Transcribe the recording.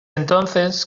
entonces